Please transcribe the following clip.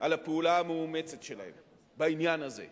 על הפעולה המאומצת שלהם בעניין הזה.